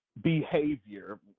behavior –